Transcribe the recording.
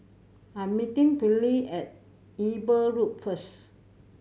I'm meeting Finley at Eber Road first